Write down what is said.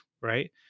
right